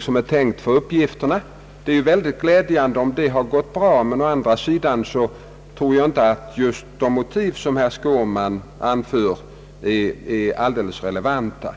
som är tänkt för uppgifterna. Det är glädjande om det gått bra, men å andra sidan tror jag inte att just de motiv som herr Skårman anför är alldeles relevanta.